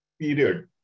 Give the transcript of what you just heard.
period